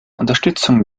unterstützung